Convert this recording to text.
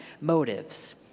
motives